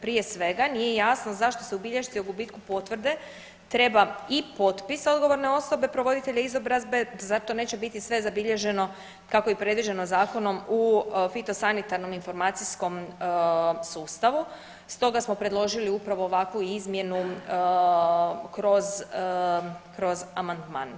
Prije svega nije jasno zašto se u bilješci o gubitku potvrde treba i potpis odgovorne osobe provoditelja izobrazbe, zar to neće biti sve zabilježeno kako je i predviđeno zakonom u fitosanitarnom informacijskom sustavu stoga smo predložili upravo ovakvu izmjenu kroz amandman.